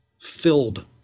filled